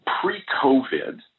pre-COVID